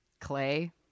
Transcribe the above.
clay